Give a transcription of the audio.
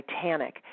Titanic –